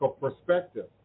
perspective